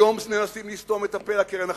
היום מנסים לסתום את הפה לקרן החדשה,